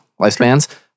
lifespans